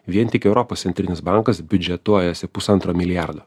vien tik europos centrinis bankas biudžetuojasi pusantro milijardo